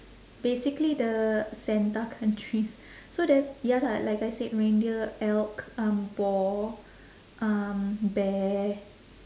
basically the santa countries so there's ya lah like I said reindeer elk um boar um bear